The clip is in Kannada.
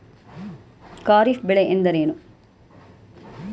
ಖಾರಿಫ್ ಬೆಳೆ ಎಂದರೇನು?